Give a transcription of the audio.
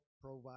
provide